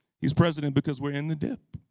he's president because we're in the dip.